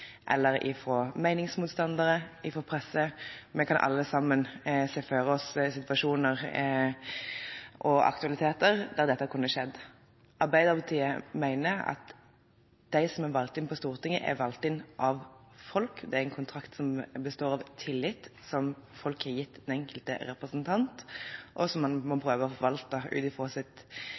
meningsmotstandere eller fra pressen. Vi kan alle sammen se for oss situasjoner og aktualiteter der dette kunne skjedd. Arbeiderpartiet mener at de som er valgt inn på Stortinget, er valgt inn av folk, det er en kontrakt som består av tillit som folk har gitt den enkelte representant, og som man må prøve å forvalte ut fra sitt